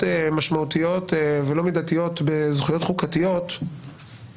משמעותיות ולא מידתיות בזכויות חוקתיות,